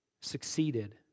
succeeded